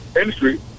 industry